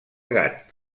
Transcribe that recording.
gat